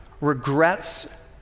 regrets